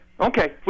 Okay